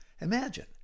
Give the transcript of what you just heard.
Imagine